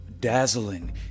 dazzling